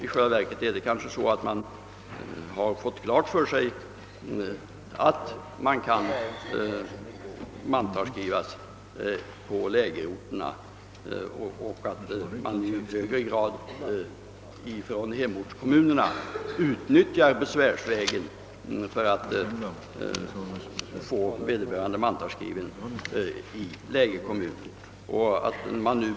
I själva verket kanske man fått klart för sig, att de anställda kan mantalsskrivas på lägerorterna och att hemortskommunerna fördenskull i högre grad utnyttjar besvärsvägen för att få vederbörande mantalsskrivna i lägerkommunen.